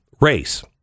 race